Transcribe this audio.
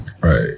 Right